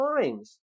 times